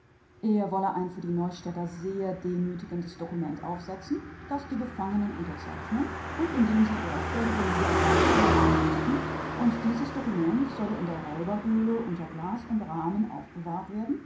er wolle ein für die neustädter sehr demütigendes dokument aufsetzen das die gefangenen unterzeichnen und in dem sie ihre völlige niederlage zugeben müßten und dieses dokument solle in der räuberhöhle unter glas und rahmen aufbewahrt werden